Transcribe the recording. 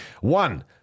One